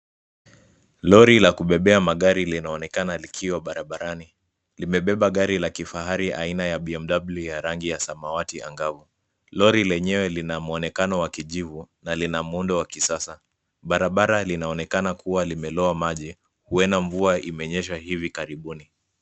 Lori la kubebea magari linaonekana likiwa barabarani. Limebeba gari la kifahari aina ya BMW ya rangi ya samawati angavu. Lori lenyewe lina muonekano wa kijivu na lina muundo wa kisasa. Barabara linaonekana kuwa limeloa maji, huenda mvua imenyesha hivi karibuni.